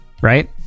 Right